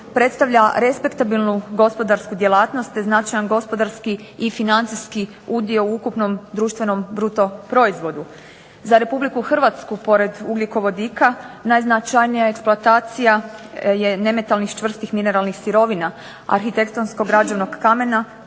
predstavlja respektabilnu gospodarsku djelatnost te značajan gospodarski i financijski udio u ukupnom BDP-u. Za RH pored ugljikovodika najznačajnija eksploatacija je nemetalnih čvrstih mineralnih sirovina, arhitektonskog građevnog kamena,